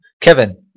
Kevin